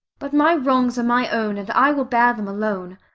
but my wrongs are my own, and i will bear them alone.